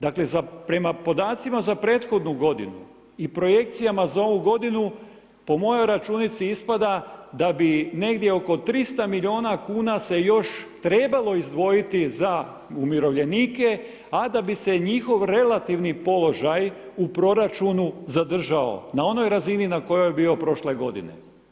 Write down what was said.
Dakle, prema podacima za prethodnu godinu i projekcijama za ovu godinu, po mojoj računici ispada da bi negdje oko 300 milijuna kuna se još trebalo izdvojiti za umirovljenike a da bi se njihov relativni položaj u proračunu zadržao na onoj razini na kojoj je bio prošle godine.